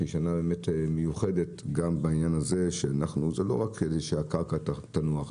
שהיא שנה מיוחדת גם בעניין הזה שזה לא רק כדי שהקרקע תנוח,